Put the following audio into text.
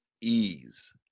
ease